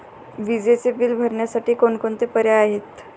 विजेचे बिल भरण्यासाठी कोणकोणते पर्याय आहेत?